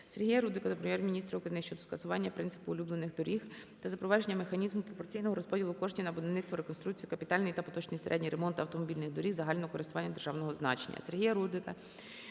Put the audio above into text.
Сергія Рудика до Прем'єр-міністра України щодо скасування принципу "улюблених доріг" та запровадження механізму пропорційного розподілу коштів на будівництво, реконструкцію, капітальний та поточний середній ремонт автомобільних доріг загального користування державного значення.